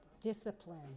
discipline